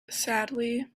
sadly